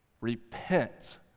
repent